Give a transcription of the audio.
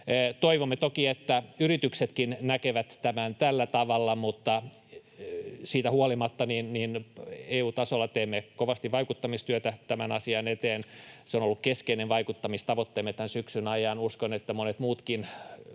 Toivomme toki, että yrityksetkin näkevät tämän tällä tavalla, mutta siitä huolimatta EU-tasolla teemme kovasti vaikuttamistyötä tämän asian eteen. Se on ollut keskeinen vaikuttamistavoitteemme tämän syksyn ajan, ja uskon, että monet muutkin